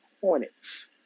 Hornets